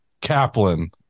Kaplan